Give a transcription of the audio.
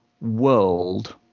world